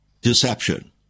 deception